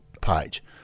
page